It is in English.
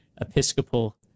episcopal